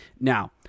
Now